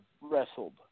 wrestled